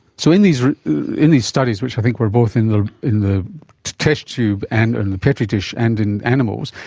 so in these in these studies which i think were both in the in the test tube and and the petri dish and in animals,